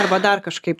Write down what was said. arba dar kažkaip